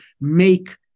make